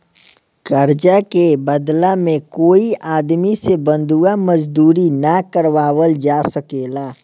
कर्जा के बदला में कोई आदमी से बंधुआ मजदूरी ना करावल जा सकेला